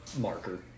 marker